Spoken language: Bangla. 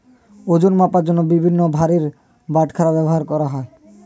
ওজন মাপার জন্য বিভিন্ন ভারের বাটখারা ব্যবহার করা হয়